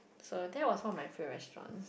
so that was what my favourite restaurant